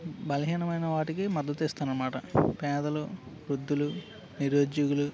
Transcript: బలహీనమైన వాటికి మద్దతు ఇస్తారు అన్నమాట పేదలు వృద్ధులు నిరుద్యోగులు